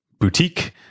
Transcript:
boutique